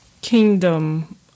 kingdom